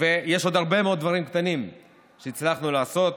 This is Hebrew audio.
ויש עוד הרבה מאוד דברים קטנים שהצלחנו לעשות.